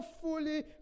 fully